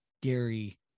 Gary